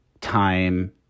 time